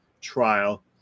trial